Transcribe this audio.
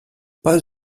pas